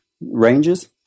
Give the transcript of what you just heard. ranges